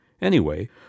Anyway